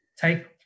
take